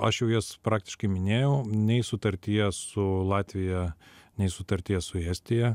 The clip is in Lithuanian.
aš jau jas praktiškai minėjau nei sutartyje su latvija nei sutartyje su estija